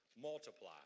Multiply